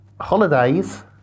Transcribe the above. Holidays